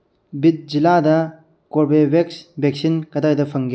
ꯕꯤꯗ ꯖꯤꯂꯥꯗ Corbevax vaccine ꯀꯗꯥꯏꯗ ꯐꯪꯒꯦ